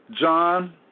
John